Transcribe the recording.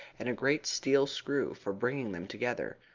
and a great steel screw for bringing them together.